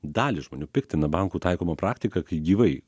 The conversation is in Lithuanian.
dalį žmonių piktina bankų taikoma praktika kai gyvai